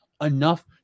enough